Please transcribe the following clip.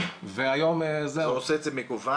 היום אתה עושה את זה מקוון,